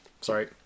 Sorry